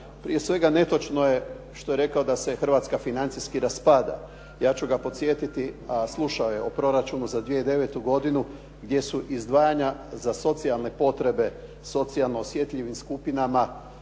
Prije svega netočno je što je rekao da se Hrvatska financijski raspada, ja ću ga podsjetiti, a slušao je o proračunu za 2009. godinu gdje su izdvajanja za socijalne potrebe, socijalno osjetljivim skupinama